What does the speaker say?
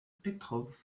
petrov